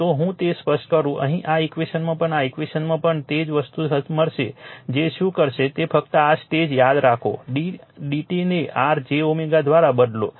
તો હું તેને સ્પષ્ટ કરું અહીં આ ઈક્વેશનમાં પણ આ ઈક્વેશનમાં પણ તે જ વસ્તુ મળશે જે શું કરશે તે ફક્ત આ સ્ટેજે યાદ રાખો d dt ને r j દ્વારા બદલો